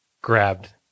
grabbed